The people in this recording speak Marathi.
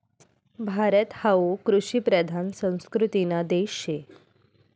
भारत हावू कृषिप्रधान संस्कृतीना देश शे